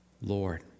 Lord